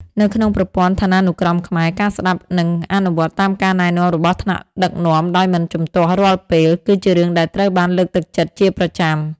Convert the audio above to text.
នៅក្នុងប្រព័ន្ធឋានានុក្រមខ្មែរ ការស្តាប់ និងអនុវត្តតាមការណែនាំរបស់ថ្នាក់ដឹកនាំដោយមិនជំទាស់រាល់ពេល គឺជារឿងដែលត្រូវបានលើកទឹកចិត្តជាប្រចាំ។